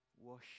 Wash